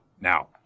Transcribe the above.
now